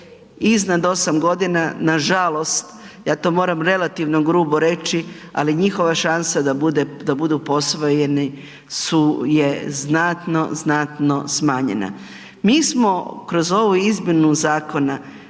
iznad 8 godina nažalost ja to moram relativno grubo reći, ali njihova šansa da budu posvojeni su je znatno, znatno smanjena. Mi smo kroz ovu izmjenu zakona